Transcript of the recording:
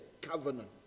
covenant